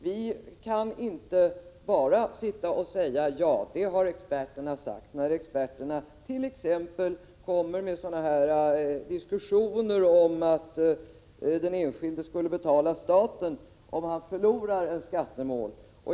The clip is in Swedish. Vi kan inte bara sitta och säga ja till det experterna har sagt, när experterna t.ex. inleder diskussioner om att den enskilde skall betala staten om han förlorar ett skattemål.